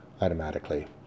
automatically